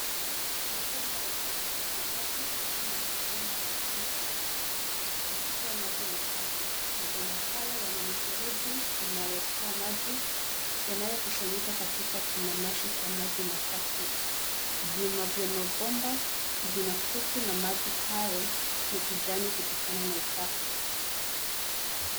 Mfumo wa usambazaji maji iliyo na mabomba ya chuma ya kutoa maji machafu. Mabomba hayo yana mifereji inayotoa maji yanayokusanyika katika kinamasi cha maji machafu. Vyuma vya mabomba vina kutu na maji hayo ni kijani kutokana na uchafu.